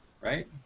right